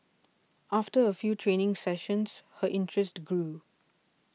after a few training sessions her interest grew